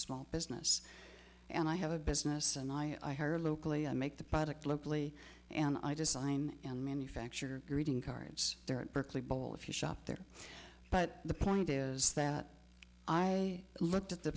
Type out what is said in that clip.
small business and i have a business and i hire locally i make the product locally and i design and manufacture greeting cards there at berkeley bowl if you shop there but the point is that i looked at the